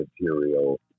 material